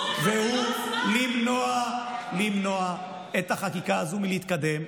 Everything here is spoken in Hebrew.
והוא למנוע את החקיקה הזו מלהתקדם,